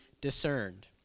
discerned